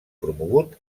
promogut